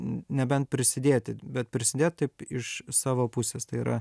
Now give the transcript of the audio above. n nebent prisidėti bet prisidėt taip iš savo pusės tai yra